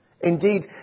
Indeed